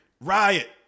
riot